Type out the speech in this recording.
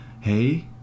Hey